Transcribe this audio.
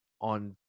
on